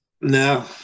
No